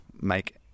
make